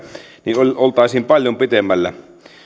niin oltaisiin paljon pitemmällä